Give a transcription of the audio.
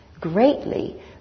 greatly